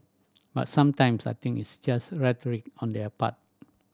but sometimes I think it's just rhetoric on their part